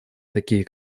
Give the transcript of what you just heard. такие